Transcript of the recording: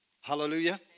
hallelujah